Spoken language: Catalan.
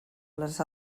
les